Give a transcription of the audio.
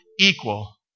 equal